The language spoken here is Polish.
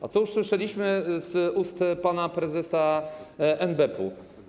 A co usłyszeliśmy z ust pana prezesa NBP-u?